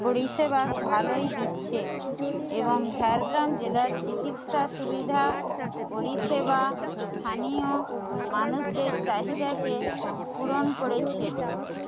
পরিষেবা ভালোই দিচ্ছে এবং ঝাড়গ্রাম জেলার চিকিৎসা সুবিধা পরিষেবা স্থানীয় মানুষদের চাহিদাকে পূরণ করেছে